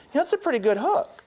yeah that's a pretty good hook.